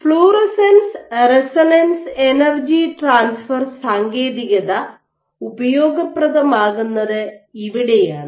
fluorescence resonance energy transfer സാങ്കേതികത ഉപയോഗപ്രദമാകുന്നത് ഇവിടെയാണ്